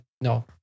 no